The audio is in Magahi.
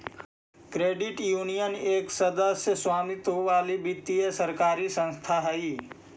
क्रेडिट यूनियन एक सदस्य स्वामित्व वाली वित्तीय सरकारी संस्था हइ